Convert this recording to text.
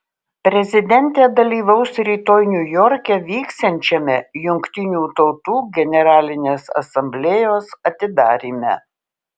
prezidentė dalyvaus rytoj niujorke vyksiančiame jungtinių tautų generalinės asamblėjos atidaryme